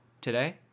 today